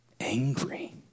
angry